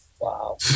Wow